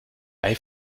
bei